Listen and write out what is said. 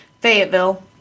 Fayetteville